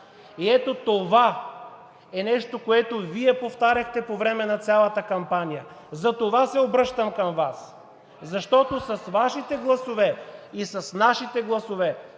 И ето това е нещото, което Вие повтаряхте по време на цялата кампания. Затова се обръщам към Вас, защото с Вашите и с нашите гласове